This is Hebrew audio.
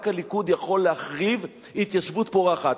רק הליכוד יכול להחריב התיישבות פורחת,